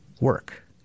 work